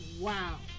wow